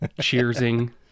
cheersing